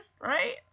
right